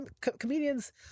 comedians